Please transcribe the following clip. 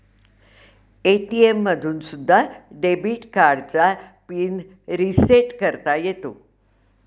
ATM मधून सुद्धा debit कार्डचा पिन रिसेट करता येतो